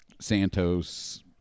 Santos